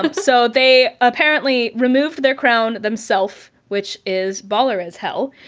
um so they apparently removed their crown themself, which is baller as hell.